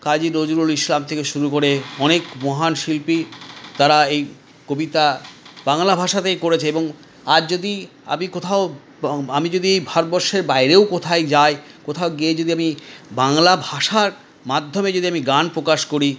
কাজী নজরুল ইসলাম থেকে শুরু করে অনেক মহান শিল্পী তারা এই কবিতা বাংলা ভাষাতেই করেছে এবং আজ যদি আমি কোথাও আমি যদি ভারতবর্ষের বাইরেও কোথাও যাই কোথাও গিয়ে যদি আমি বাংলা ভাষার মাধ্যমে যদি আমি গান প্রকাশ করি